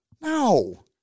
No